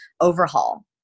overhaul